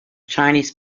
chinese